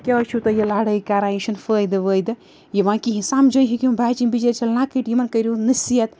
کیٛازِ چھُو تُہۍ یہِ لَڑٲے کَران یہِ چھِنہٕ فٲیدٕ وٲیدٕ یِوان کِہیٖنۍ یہِ سَمجھٲیہِکۍ یِم بَچہٕ بِچٲرۍ چھِ لۄکٕٹۍ یِمَن کٔرِو نصحیت